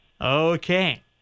Okay